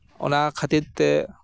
ᱚᱱᱟ ᱠᱷᱟᱹᱛᱤᱨ ᱛᱮ